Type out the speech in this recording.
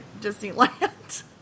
Disneyland